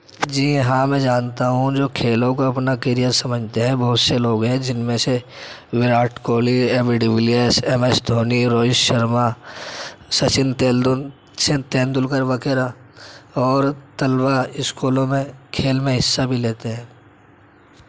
جی ہاں میں جانتا ہوں جو کھیلوں کو اپنا کیرئیر سمجھتے ہیں بہت سے لوگ ہیں جن میں سے Virat Kohli A B de Villiers M S Dhoni Rohit Sharma Sachin تیندول تیندولکر وغیرہ اور طلباء اسکولوں میں کھیل میں حصہ بھی لیتے ہیں